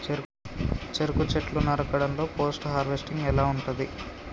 చెరుకు చెట్లు నరకడం లో పోస్ట్ హార్వెస్టింగ్ ఎలా ఉంటది?